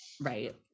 right